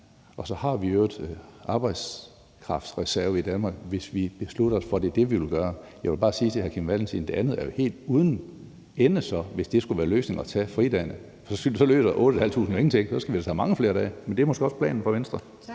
Og så har vi i øvrigt en arbejdskraftreserve i Danmark, hvis vi beslutter os for, at det er det, vi vil gøre. Jeg vil bare sige til hr. Kim Valentin, at det jo er helt uden ende, hvis det skulle være løsningen at tage fridagene. Så nytter 8.500 jo ingenting, for så skal vi have mange flere dage. Men det er måske også planen for Venstre. Kl.